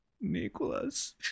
Nicholas